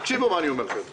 תקשיבו למה שאני אומר לכם.